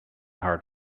hard